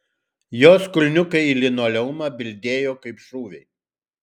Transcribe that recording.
jos kulniukai į linoleumą bildėjo kaip šūviai